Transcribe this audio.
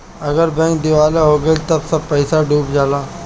अगर बैंक दिवालिया हो गइल त सब पईसा डूब जाला